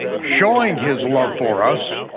showing his love for us,